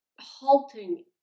halting